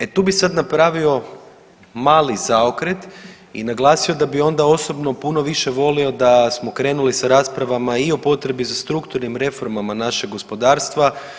E tu bih sad napravio mali zaokret i naglasio da bi onda osobno puno više volio da smo krenuli sa raspravama i o potrebi za strukturnim reformama našeg gospodarstva.